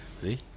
See